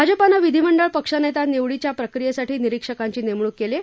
भाजपानं विधीमंडळ पक्षनेता निवडीच्या प्रक्रियेसाठी निरिक्षकांची नेमणूक केली आहे